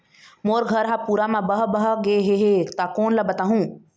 मोर घर हा पूरा मा बह बह गे हे हे ता कोन ला बताहुं?